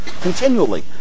continually